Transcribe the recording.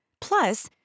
Plus